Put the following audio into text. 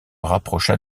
rapprocha